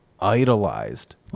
idolized